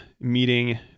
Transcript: meeting